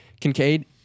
Kincaid